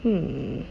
mm